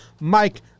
Mike